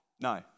No